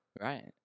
Right